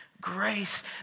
grace